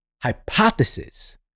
hypothesis